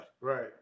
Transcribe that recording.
Right